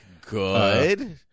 good